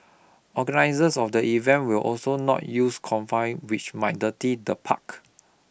organisers of the event will also not use which might dirty the park